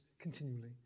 continually